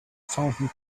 fountain